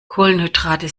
kohlenhydrate